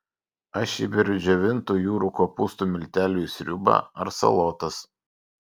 aš įberiu džiovintų jūrų kopūstų miltelių į sriubą ar salotas